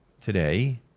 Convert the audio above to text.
today